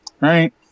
Right